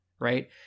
right